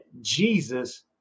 Jesus